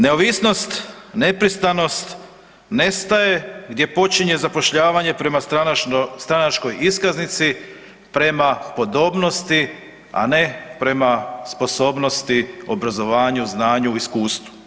Neovisnost, nepristranost nestaje gdje počinje zapošljavanje prema stranačkoj iskaznici, prema podobnosti, a ne prema sposobnosti, obrazovanju, znanju, iskustvu.